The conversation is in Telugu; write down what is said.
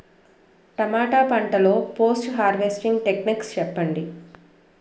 టమాటా పంట లొ పోస్ట్ హార్వెస్టింగ్ టెక్నిక్స్ చెప్పండి?